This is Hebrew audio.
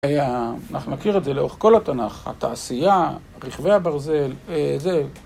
אנחנו מכיר את זה לאורך כל התנ״ך, התעשייה, רכבי הברזל, אהה זה...